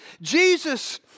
Jesus